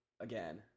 again